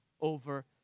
over